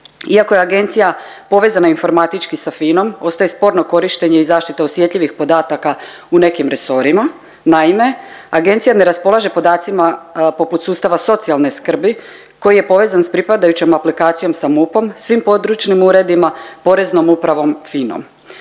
Iako je agencija povezana informatički sa FINA-om, ostaje sporno korištenje i zaštita osjetljivih podataka u nekim resorima. Naime agencija ne raspolaže podacima poput sustava socijalne skrbi, koji je povezan s pripadajućom aplikacijom sa MUP-om, svim područnim uredima, Poreznom upravom, FINA-om.